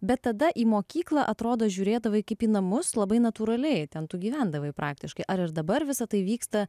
bet tada į mokyklą atrodo žiūrėdavai kaip į namus labai natūraliai ten tu gyvendavai praktiškai ar ir dabar visa tai vyksta